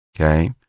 Okay